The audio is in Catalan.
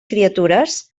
criatures